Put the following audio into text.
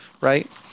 right